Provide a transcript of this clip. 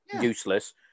useless